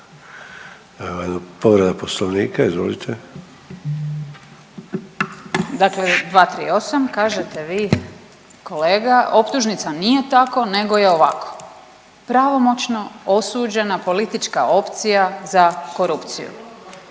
Marijana (Centar)** Dakle 238., kažete vi kolega optužnica nije tako nego je ovako, pravomoćno osuđena politička opcija za korupcije,